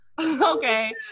Okay